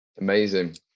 amazing